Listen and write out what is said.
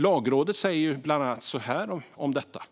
Lagrådet säger ju bland annat så här om detta: